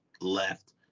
left